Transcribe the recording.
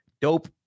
dope